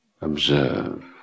observe